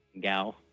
gal